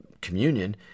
communion